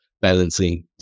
balancing